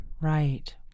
right